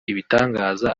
ibitangaza